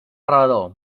rebedor